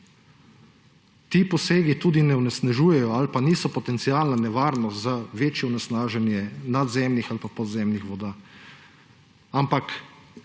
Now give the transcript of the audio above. Ti posegi tudi ne onesnažujejo ali pa niso potencialna nevarnost za večje onesnaženje nadzemnih ali podzemnih voda. Ampak